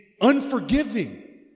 unforgiving